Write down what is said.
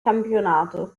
campionato